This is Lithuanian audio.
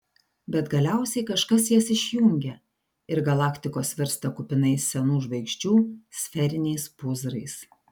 bet galiausiai kažkas jas išjungia ir galaktikos virsta kupinais senų žvaigždžių sferiniais pūzrais